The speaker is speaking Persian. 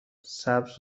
سبز